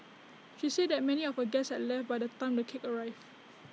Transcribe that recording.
she said that many of her guests had left by the time the cake arrived